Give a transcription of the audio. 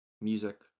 music